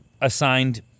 assigned